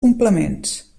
complements